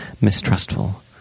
mistrustful